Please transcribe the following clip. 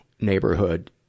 neighborhood